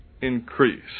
increase